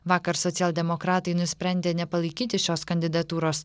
vakar socialdemokratai nusprendė nepalaikyti šios kandidatūros